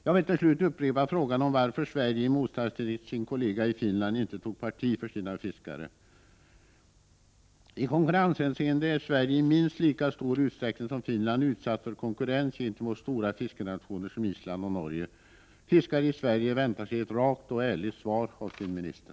Jag vill till slut upprepa frågan varför Sveriges statsminister i motsats till sin kollega i Finland inte tog parti för landets fiskare. I konkurrenshänseende är Sverige, i minst lika stor utsträckning som Finland, utsatt för konkurrens gentemot stora fiskenationer som Island och Norge. Fiskare i Sverige väntar sig ett rakt och ärligt svar av sin statsminister.